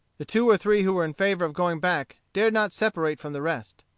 the two or three who were in favor of going back dared not separate from the rest.